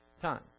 Time